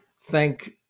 thank